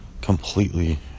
completely